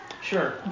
sure